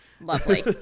Lovely